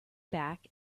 back